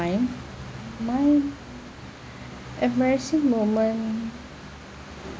mine mine embarrassing moment